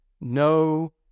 no